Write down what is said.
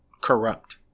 corrupt